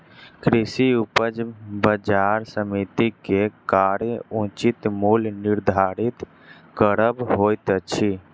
कृषि उपज बजार समिति के कार्य उचित मूल्य निर्धारित करब होइत अछि